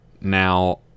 Now